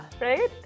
Right